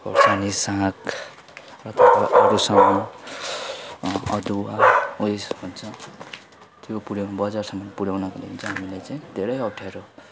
खोर्सानी साग र तपाईँको अरू सामान अदुवा उयेस हुन्छ त्यो पुऱ्याउ बजारसम्म पुऱ्याउनको निम्ति हामीलाई चाहिँ धेरै अप्ठ्यारो